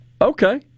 Okay